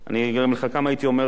אני גם לחלקם הייתי אומר את זה,